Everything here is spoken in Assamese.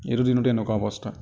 এইটো দিনতে এনেকুৱা অৱস্থা